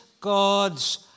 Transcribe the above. God's